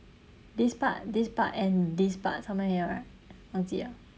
this part this part and this part somewhere here right